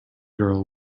girl